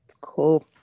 Cool